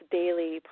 daily